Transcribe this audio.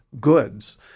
goods